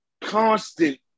constant